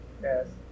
Yes